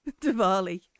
Diwali